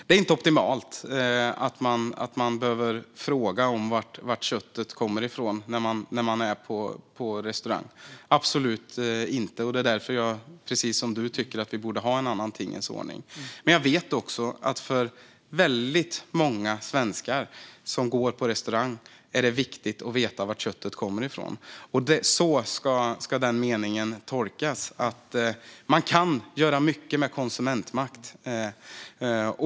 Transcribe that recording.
Det är inte optimalt att man behöver fråga om var köttet kommer ifrån när man är på restaurang, absolut inte. Det är därför jag precis som du tycker att vi borde ha en annan tingens ordning. Jag vet också att för väldigt många svenskar som går på restaurang är det viktigt att veta var köttet kommer ifrån. Så ska den meningen tolkas. Man kan göra mycket med konsumentmakt.